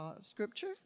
scripture